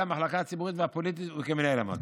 המחלקה הציבורית והפוליטית וכמנהל המרכז".